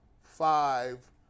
five